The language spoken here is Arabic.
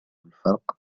الفرق